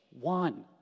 One